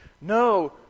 no